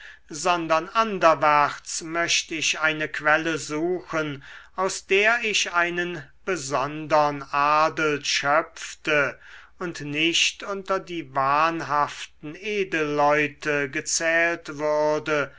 sondern anderwärts möcht ich eine quelle suchen aus der ich einen besondern adel schöpfte und nicht unter die wahnhaften edelleute gezählt würde